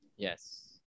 Yes